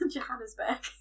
Johannesburg